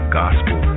gospel